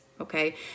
okay